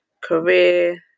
career